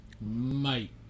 mate